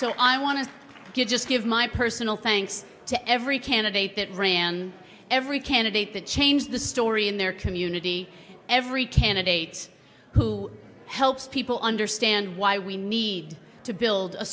so i want to give just give my personal thanks to every candidate that ran every candidate that changed the story in their community every candidate who helps people understand why we need to build a